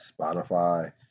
Spotify